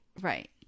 right